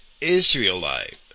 Israelite